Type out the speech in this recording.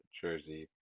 jersey